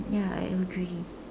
ya I agree